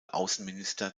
außenminister